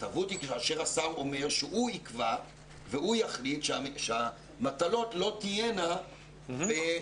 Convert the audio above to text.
היא כאשר השר אומר שהוא יקבע והוא יחליט שהמטלות לא תהיינה פרונטליות.